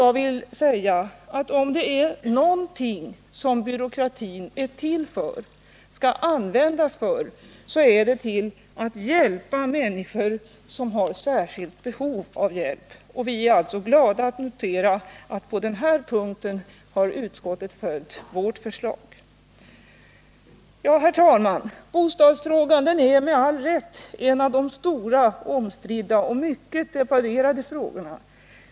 Jag vill säga att om det är någonting som byråkratin skall användas till så är det för att hjälpa människor som har ett särskilt behov av hjälp. Vi är alltså glada att kunna konstatera att utskottet på denna punkt följt vårt förslag. Herr talman! Bostadsfrågan är med all rätt en av de stora, omstridda och mycket debatterade frågorna.